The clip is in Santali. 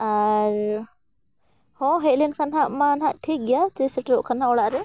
ᱟᱨ ᱦᱮᱸ ᱦᱮᱡ ᱞᱮᱱᱠᱷᱟᱱ ᱱᱟᱦᱟᱜ ᱢᱟ ᱱᱟᱦᱟᱜ ᱴᱷᱤᱠ ᱜᱮᱭᱟ ᱪᱮ ᱥᱮᱴᱮᱨᱚᱜ ᱠᱷᱟᱱ ᱱᱟᱦᱟᱜ ᱚᱲᱟᱜ ᱨᱮ